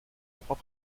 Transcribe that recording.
droit